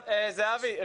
זהבי,